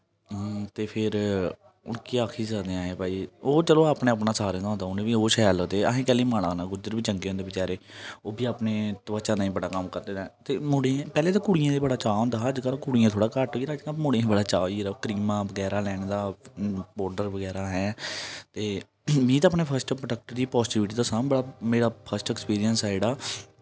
ते फिर हून केह् आक्खी सकदे हां अस भाई ओह् चलो अपना अपना सारे दा होंदा उ'नें बी ओह् शैल लगदे असें कैहली माड़ा आक्खना गुज्जर बी चंगे होंदे बचारे ओह् बी अपनी त्वचा ताहीं बड़ा कम्म करदे ते मुड़े गी पैह्लें ते कुड़ियें गी बड़ा चाऽ होंदा हा अज्जकल कुड़ियें गी थोह्ड़ा घट्ट होई गेदा अज्जकल मुड़ें गी बड़ा चाऽ होई गेदा क्रीमां बगैरा लैने दा पाउडर बगैरा हैं ते मीं ते अपने फस्ट प्रोडक्ट दी पाजीटिविटी दस्सा ना आंऊ बड़ा मेरा फस्ट ऐक्सपिरीयंस ऐ जेह्ड़ा